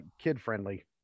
kid-friendly